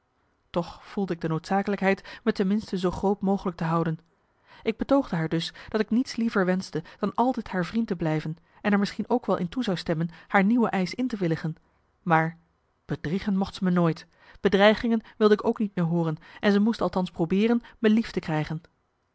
toch voelde ik de noodzakelijkheid me ten minste zoo groot mogelijk te houden ik betoogde haar dus dat ik niets liever wenschte dan altijd haar vriend te blijven en er misschien ook wel in toe zou stemmen haar nieuwe eisch in te willigen maar bedriegen mocht ze me nooit bedreigingen wilde ik ook niet meer hooren en ze moest althans probeeren me lief te krijgen